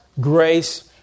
grace